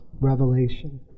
revelation